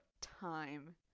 time